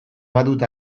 badut